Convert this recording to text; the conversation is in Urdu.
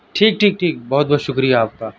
ٹھیک ٹھیک ٹھیک بہت بہت شکریہ آپ کا